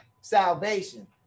salvation